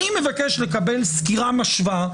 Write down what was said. אני מבקש לקבל סקירה משווה,